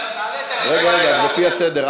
רגע, לפי הסדר.